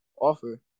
offer